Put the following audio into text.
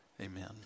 Amen